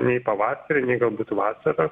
nei pavasarį nei galbūt vasarą